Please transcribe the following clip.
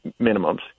minimums